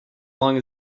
long